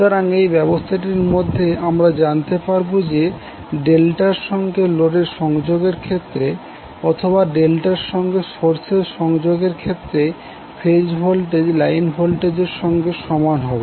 সুতরাং এই ব্যবস্থাটির মধ্যে আমরা জানতে পারবো যে ডেল্টার সঙ্গে লোডের সংযোগের ক্ষেত্রে অথবা ডেল্টার সঙ্গে সোর্সের সংযোগের ক্ষেত্রে ফেজ ভোল্টেজ লাইন ভোল্টেজের সঙ্গে সমান হবে